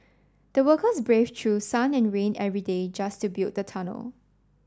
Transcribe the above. the workers braved through sun and rain every day just to build the tunnel